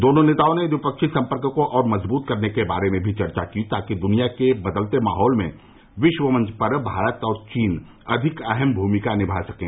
दोनों नेताओं ने द्विपक्षीय संपर्क को और मजबूत करने के बारे में भी चर्चा की ताकि द्वनिया के बदलते माहौल में विश्व मंच पर भारत और चीन अधिक अहम भूमिका निभा सकें